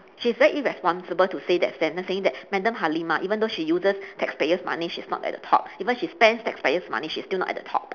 she is very irresponsible to say that statement saying that madam halimah even though she uses taxpayer's money she's not at the top even she spends taxpayer's money she's still not at the top